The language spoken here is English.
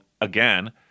again